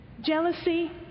Jealousy